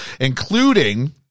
including